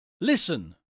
Listen